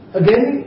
again